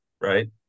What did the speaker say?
right